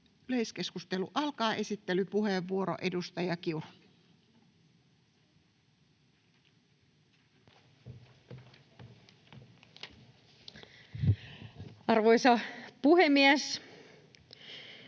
Yleiskeskustelu alkaa. Esittelypuheenvuoro, edustaja Kiuru. [Speech